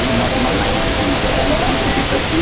yeah not not ninety percent as what everybody predicted.